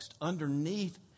underneath